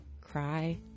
cry